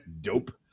Dope